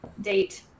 date